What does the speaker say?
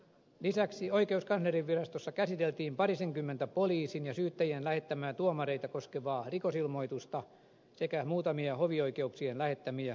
lisäksi oikeuskanslerinvirastossa käsiteltiin parisenkymmentä poliisin ja syyttäjien lähettämää tuomareita koskevaa rikosilmoitusta sekä muutamia hovioikeuksien lähettämiä valvontailmoituksia